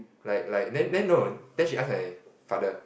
like like then no then she ask my father